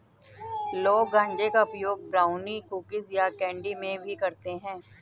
लोग गांजे का उपयोग ब्राउनी, कुकीज़ या कैंडी में भी करते है